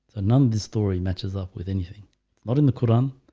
none this story matches up with anything not in the quran